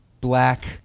black